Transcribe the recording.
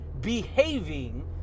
behaving